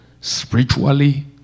spiritually